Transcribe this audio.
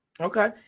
Okay